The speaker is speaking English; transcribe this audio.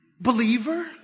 Believer